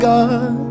God